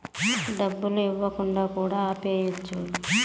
డబ్బులు ఇవ్వకుండా కూడా ఆపేయచ్చు